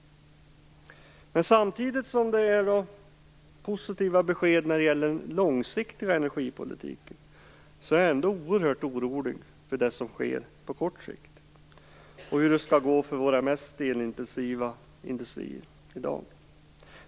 Men samtidigt som beskeden är positiva när det gäller den långsiktiga energipolitiken är jag ändå oerhört orolig för det som sker på kort sikt och för hur det skall gå för våra mest elintensiva industrier i dag.